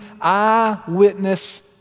eyewitness